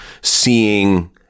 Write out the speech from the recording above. seeing